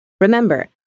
Remember